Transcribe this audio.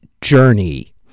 Journey